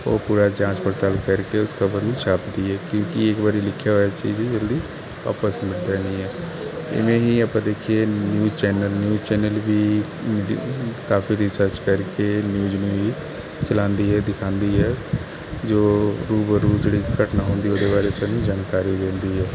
ਉਹ ਪੂਰਾ ਜਾਂਚ ਪੜਤਾਲ ਕਰਕੇ ਉਸ ਖਬਰ ਨੂੰ ਛਾਪਦੀ ਹੈ ਕਿਉਂਕਿ ਇੱਕ ਵਾਰੀ ਲਿਖਿਆ ਹੋਇਆ ਚੀਜ਼ ਜਲਦੀ ਆਪਸ ਮਿਲਦੇ ਨਹੀਂ ਹੈ ਇਵੇਂ ਹੀ ਆਪਾਂ ਦੇਖੀਏ ਨਿਊਜ਼ ਚੈਨਲ ਨਿਊਜ਼ ਚੈਨਲ ਵੀ ਕਾਫੀ ਰਿਸਰਚ ਕਰਕੇ ਨਿਊਜ਼ ਨੂੰ ਹੀ ਚਲਾਉਂਦੀ ਹੈ ਦਿਖਾਉਂਦੀ ਹੈ ਜੋ ਰੂ ਬ ਰੂ ਜਿਹੜੀ ਘਟਨਾ ਹੁੰਦੀ ਉਹਦੇ ਬਾਰੇ ਸਾਨੂੰ ਜਾਣਕਾਰੀ ਦਿੰਦੀ ਹੈ